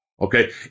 Okay